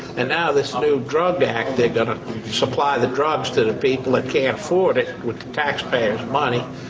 and now this new drug act they're gonna supply the drugs to the people that can't afford it with the taxpayers' money,